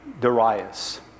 Darius